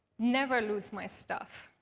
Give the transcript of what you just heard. never lose my stuff.